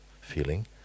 feeling